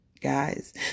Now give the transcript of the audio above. guys